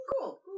Cool